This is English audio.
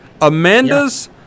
Amanda's